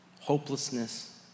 hopelessness